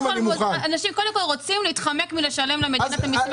רשות המיסים